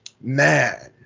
Man